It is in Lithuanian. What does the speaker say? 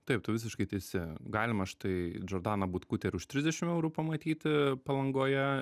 taip tu visiškai teisi galima štai džordaną butkutę ir už trisdešim eurų pamatyti palangoje